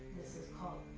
this is called